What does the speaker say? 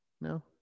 No